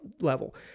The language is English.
level